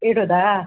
ಇಡೋದಾ